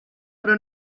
però